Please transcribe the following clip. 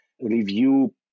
review